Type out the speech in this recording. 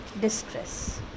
distress